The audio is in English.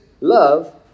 love